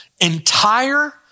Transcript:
Entire